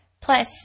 plus